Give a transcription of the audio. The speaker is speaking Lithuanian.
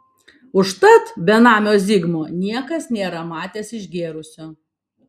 užtat benamio zigmo niekas nėra matęs išgėrusio